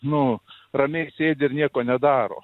nu ramiai sėdi ir nieko nedaro